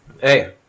Hey